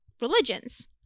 religions